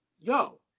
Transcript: Yo